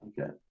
Okay